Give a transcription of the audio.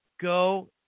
Go